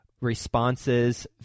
responses